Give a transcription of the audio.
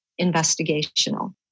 investigational